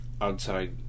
outside